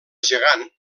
gegant